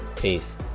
Peace